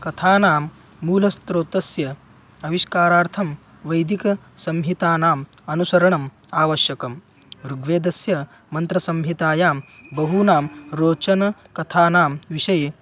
कथानां मूलस्त्रोतस्य आविष्कारार्थं वैदिकसंहितानाम् अनुसरणम् आवश्यकं ऋग्वेदस्य मन्त्रसंहितायां बहूनां रोचनकथानां विषये